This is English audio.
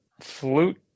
flute